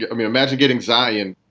i mean, imagine getting zaillian.